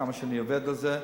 כמה אני עובד על זה.